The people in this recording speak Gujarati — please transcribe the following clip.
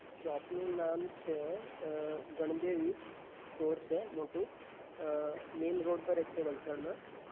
શોપનું નામ છે ગણદેવી સ્ટોર છે મોટું મેન રોડ પર જ છે વલસાડમાં